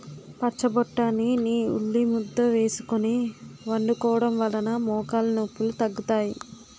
పచ్చబొటాని ని ఉల్లిముద్ద వేసుకొని వండుకోవడం వలన మోకాలు నొప్పిలు తగ్గుతాయి